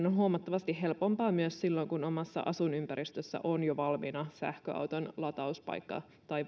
on huomattavasti helpompaa myös silloin kun omassa asuinympäristössä on jo valmiina sähköauton latauspaikka tai